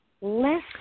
less